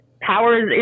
powers